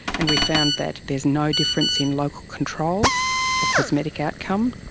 and we found that there is no difference in local control or cosmetic outcome,